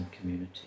community